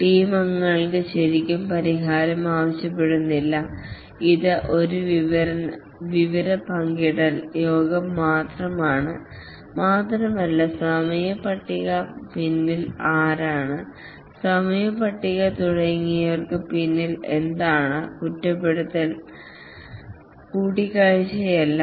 team അംഗങ്ങൾ ശരിക്കും പരിഹാരം ആവശ്യപ്പെടുന്നില്ല ഇത് ഒരു വിവര പങ്കിടൽ യോഗം മാത്രമാണ് മാത്രമല്ല സമയപട്ടികക് പിന്നിൽ ആരാണ് സമയപട്ടിക തുടങ്ങിയവയ്ക്ക് പിന്നിൽ എന്താണെന്നത് കുറ്റപ്പെടുത്തൽ കൂടിക്കാഴ്ചയല്ല